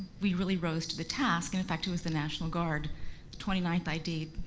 we really rose to the task. and in fact, it was the national guard. the twenty ninth id,